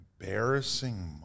Embarrassing